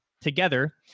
together